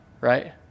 right